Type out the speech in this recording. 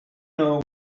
know